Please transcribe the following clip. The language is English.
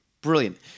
Brilliant